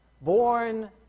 Born